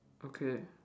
okay